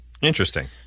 Interesting